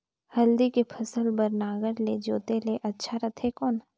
हल्दी के फसल बार नागर ले जोते ले अच्छा रथे कौन?